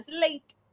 late